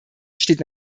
steht